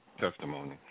testimony